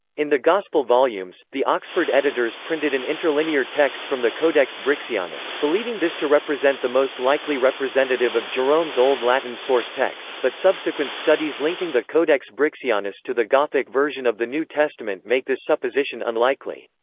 in the gospel volumes, the oxford editors printed an interlinear text from the codex brixianus, believing this to represent the most likely representative of jerome's old latin source text but subsequent studies linking the codex brixianus to the gothic version of the new testament make this supposition unlikely.